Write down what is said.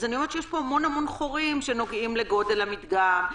אז יש פה המון המון חורים שנוגעים לגודל המדגם,